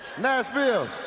Nashville